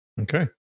Okay